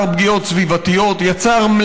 יצר פגיעות סביבתיות,